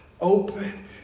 open